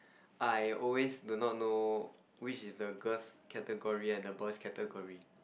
I always do not know which is the girl's category and the boy's category